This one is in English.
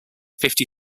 fifty